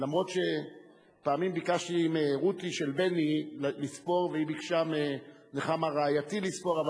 אף שפעמים ביקשתי מרותי של בני לספור והיא ביקשה מנחמה רעייתי לספור,